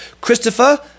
Christopher